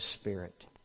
spirit